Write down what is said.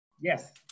Yes